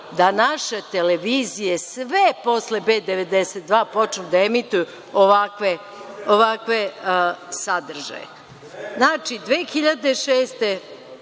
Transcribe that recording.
da naše televizije, sve posle B92, počnu da emituju ovakve sadržaje.(Zoran